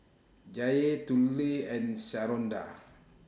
Jaye Tula and Sharonda